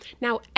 now